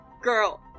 Girl